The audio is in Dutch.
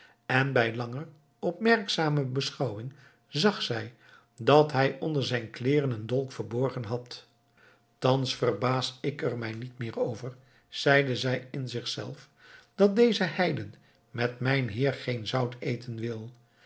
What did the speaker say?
en bij langer opmerkzame beschouwing zag zij dat hij onder zijn kleeren een dolk verborgen had thans verbaas ik er mij niet meer over zeide zij in zichzelf dat deze heiden met mijn heer geen zout eten wil